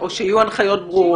או שיהיו הנחיות ברורות.